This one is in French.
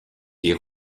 est